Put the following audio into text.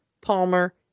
Palmer